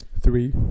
three